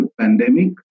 pandemic